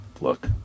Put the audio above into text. look